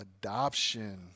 Adoption